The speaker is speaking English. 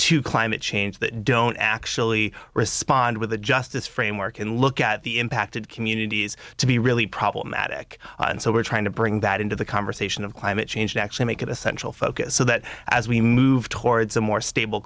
to climate change that don't actually respond with a justice framework and look at the impacted communities to be really problematic and so we're trying to bring that into the conversation of climate change and actually make it a central focus so that as we move towards a more stable